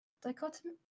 Dichotomy